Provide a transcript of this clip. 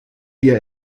dir